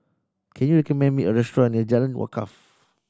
can you recommend me a restaurant near Jalan Wakaff